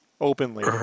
openly